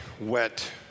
wet